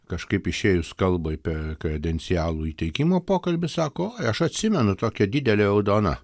kažkaip išėjus kalbai per kredencialų įteikimo pokalbį sako oi aš atsimenu tokia didelė raudona